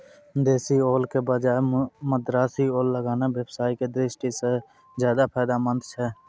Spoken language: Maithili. देशी ओल के बजाय मद्रासी ओल लगाना व्यवसाय के दृष्टि सॅ ज्चादा फायदेमंद छै